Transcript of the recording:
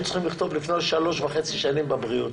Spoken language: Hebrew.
צריכים לכתוב לפני שלוש וחצי שנים בבריאות,